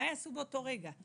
מה יעשו באותו רגע?